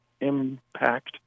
impact